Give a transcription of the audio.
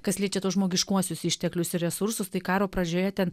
kas liečia tuos žmogiškuosius išteklius ir resursus tai karo pradžioje ten